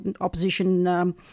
opposition